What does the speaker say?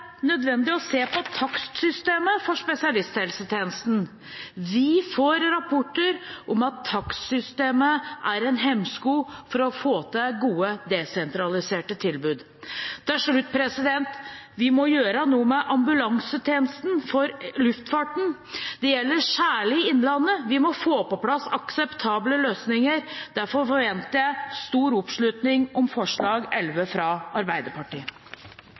nødvendig å se på takstsystemet for spesialisthelsetjenesten. Vi får rapporter om at takstsystemet er en hemsko for å få til gode desentraliserte tilbud. Til slutt: Vi må gjøre noe med ambulansetjenesten for luftfarten. Det gjelder særlig innlandet. Vi må få på plass akseptable løsninger. Derfor forventer jeg stor oppslutning om forslag nr. 11, fra Arbeiderpartiet.